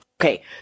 Okay